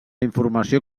informació